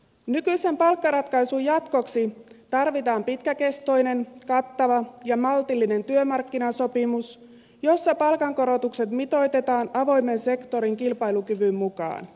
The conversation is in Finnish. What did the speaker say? nykyisen palkkaratkaisun jatkoksi tarvitaan pitkäkestoinen kattava ja maltillinen työmarkkinasopimus jossa palkankorotukset mitoitetaan avoimen sektorin kilpailukyvyn mukaan